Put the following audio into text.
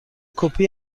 کپی